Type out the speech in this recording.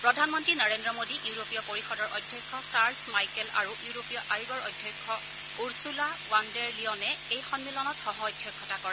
প্ৰধানমন্ত্ৰী নৰেদ্ৰ মোদী ইউৰোপীয় পৰিষদৰ অধ্যক্ষ ছাৰ্লছ মাইকেল আৰু ইউৰোপীয় আয়োগৰ অধ্যক্ষ উৰ্চুলা ৱন ডেৰ লিয়নে এই সমিলনত সহ অধ্যক্ষতা কৰে